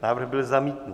Návrh byl zamítnut.